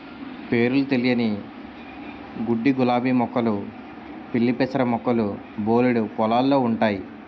పేరులు తెలియని గడ్డిగులాబీ మొక్కలు పిల్లిపెసర మొక్కలు బోలెడు పొలాల్లో ఉంటయి